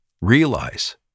Realize